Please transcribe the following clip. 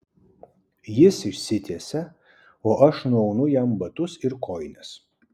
jis išsitiesia o aš nuaunu jam batus ir kojines